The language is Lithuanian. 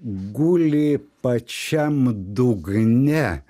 guli pačiam dugne